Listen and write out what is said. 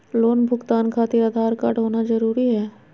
Loan भुगतान खातिर Aadhaar card होना जरूरी है?